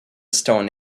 stone